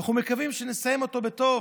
ואנחנו מקווים שנסיים אותו בטוב,